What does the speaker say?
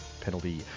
penalty